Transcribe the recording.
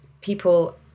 people